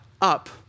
up